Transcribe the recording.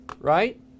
right